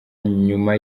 nyuma